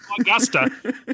Augusta